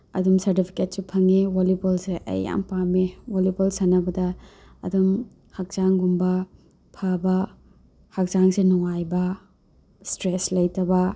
ꯑꯗꯨꯝ ꯁꯥꯔꯇꯤꯐꯤꯀꯦꯠꯁꯨ ꯐꯪꯏ ꯋꯣꯂꯤꯕꯣꯜꯁꯦ ꯑꯩ ꯌꯥꯝ ꯄꯥꯝꯃꯦ ꯋꯣꯜꯂꯤꯕꯣꯜ ꯁꯥꯟꯅꯕꯗ ꯑꯗꯨꯝ ꯍꯛꯆꯥꯡꯒꯨꯝꯕ ꯐꯕ ꯍꯥꯛꯆꯥꯡꯁꯦ ꯅꯨꯡꯉꯥꯏꯕ ꯁ꯭ꯇꯔꯦꯁ ꯂꯩꯇꯕ